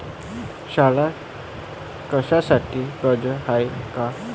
शाळा शिकासाठी कर्ज हाय का?